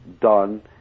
done